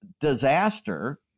disaster